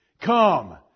Come